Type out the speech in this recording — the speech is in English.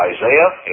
Isaiah